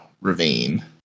ravine